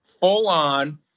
full-on